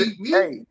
Hey